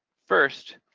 first,